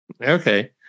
Okay